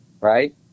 Right